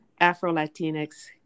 Afro-Latinx